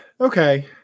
okay